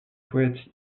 poète